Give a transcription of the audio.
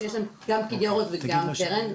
שיש להן גם כיכרות וגם קרן,